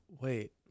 wait